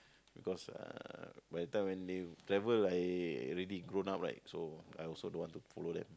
because uh by the time when they travel I already grown up right so I also don't want to follow them